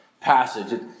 passage